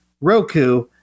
Roku